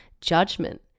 judgment